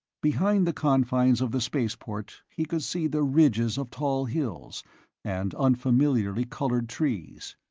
behind the confines of the spaceport he could see the ridges of tall hills and unfamiliarly colored trees.